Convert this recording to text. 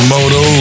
Moto